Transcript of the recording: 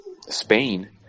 Spain